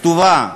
כתובה,